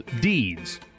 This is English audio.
deeds